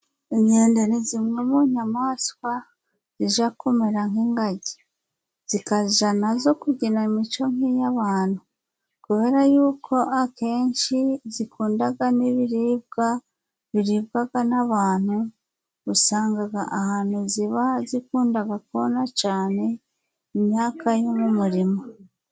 Inkende ni zimwe munyamaswa zijya kumera nk'ingagi, zijya na zo kugira imico nk'iy'abantu, kubera yuko usanga akenshi zikunda n'ibiribwa biribwa n'abantu. Usanga ahantu ziba zikunda kona cyane imyaka m'umurima.